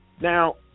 Now